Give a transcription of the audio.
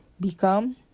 become